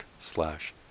slash